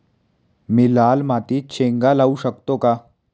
मी लाल मातीत शेंगा लावू शकतो का?